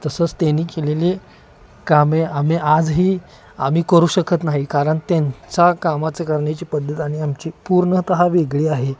तसंच त्यांनी केलेली कामे आम्ही आजही आम्ही करू शकत नाही कारण त्यांचा कामाचं करण्याची पद्धत आणि आमची पूर्णतः वेगळी आहे